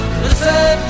listen